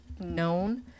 known